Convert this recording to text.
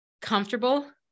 comfortable